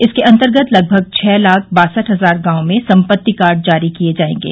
इसके अंतर्गत लगभग छह लाख बासठ हजार गांवों में संपत्ति कार्ड जारी किये जायेगे